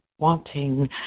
Wanting